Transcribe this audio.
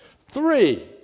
Three